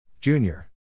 Junior